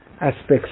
aspects